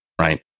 Right